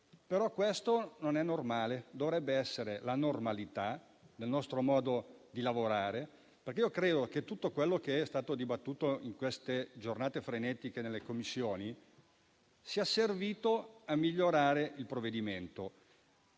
Ma questo non è normale e non dovrebbe essere la normalità nel nostro modo di lavorare. Credo infatti che tutto quello che è stato dibattuto in quelle giornate frenetiche nelle Commissioni sia servito a migliorare il provvedimento.